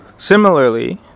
Similarly